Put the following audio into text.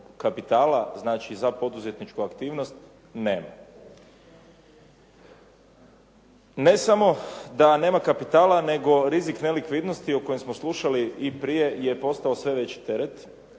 kapitala znači za poduzetničku aktivnost nema. Ne samo da nema kapitala nego rizik nelikvidnosti o kojem smo slušali i prije je postao sve veći teret.